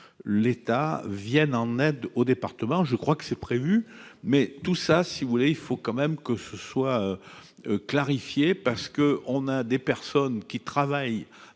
l'État Vienne en aide aux départements : je crois que c'est prévu mais tout ça, si vous voulez, il faut quand même que ce soit clarifiée parce que on a des personnes qui travaillent